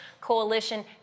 Coalition